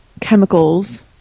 chemicals